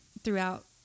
throughout